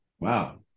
Wow